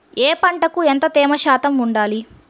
ఏ పంటకు ఎంత తేమ శాతం ఉండాలి?